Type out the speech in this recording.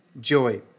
joy